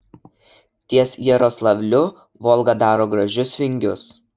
ties jaroslavliu volga daro gražius vingius